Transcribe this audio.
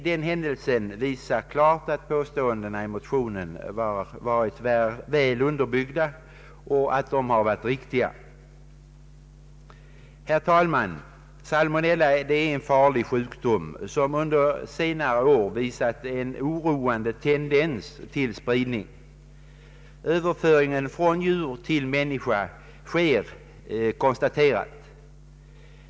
Denna händelse visar klart att påståendena i motionen varit väl underbyggda och att de är riktiga. Herr talman! Salmonella är en farlig sjukdom som under senare år visat oroande tendens till spridning. Det är konstaterat att överföringen sker från djur till människa.